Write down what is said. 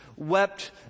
wept